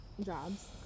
jobs